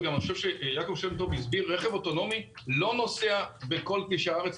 יעקב שם טוב הסביר שרכב אוטונומי לא נוסע בכל כבישי הארץ,